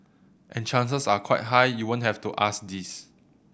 and chances are quite high you won't have to ask this